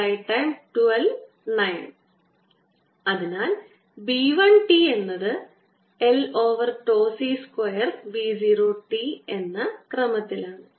അതിനാൽ B 1 t എന്നത് l over τ C square B 0 t എന്ന ക്രമത്തിലാണ്